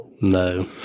No